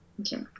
Okay